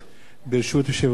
ברשות יושב-ראש הישיבה,